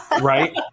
Right